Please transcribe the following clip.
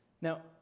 Now